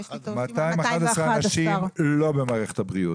211 אנשים לא במערכת הבריאות.